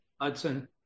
Hudson